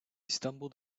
stumbled